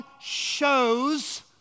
shows